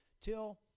till